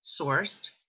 sourced